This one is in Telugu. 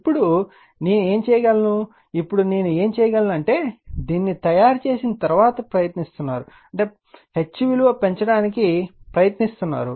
ఇప్పుడు నేను ఏమి చేయగలను ఇప్పుడు నేను ఏమి చేయగలను అంటే దీన్ని తయారు చేసిన తర్వాత ప్రయత్నిస్తున్నారు ప్రయత్నిస్తున్నారు H విలువ పెంచడానికి ప్రయత్నిస్తున్నారు